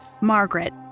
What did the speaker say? Margaret